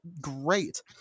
great